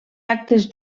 actes